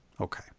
okay